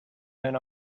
went